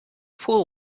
pool